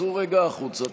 צאו רגע החוצה,